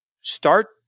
start